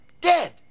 dead